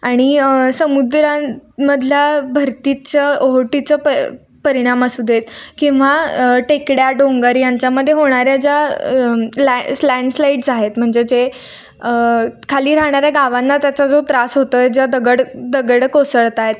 आणि समुद्रां मधल्या भरतीचं ओहोटीचं प परिणाम असू देत किंवा टेकड्या डोंगर यांच्यामध्ये होणाऱ्या ज्या लॅ स् लँडस्लाईड्स आहेत म्हणजे जे खाली राहणाऱ्या गावांना त्याचा जो त्रास होतो आहे जेव्हा दगड दगड कोसळत आहेत